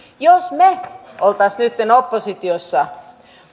jos me olisimme nyt oppositiossa